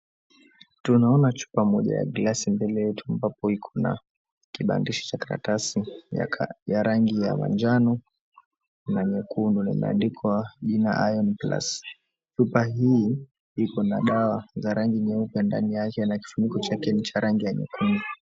Tunaona chupa moja ya glasi mbele yetu ambapo iko na kibandishi cha karatasi ya rangi ya manjano na nyekundu na imeandikwa jina, Iron Plus. Chupa hii iko na dawa za rangi nyeupe ndani yake na kifuniko chake ni cha rangi ya nyekundu.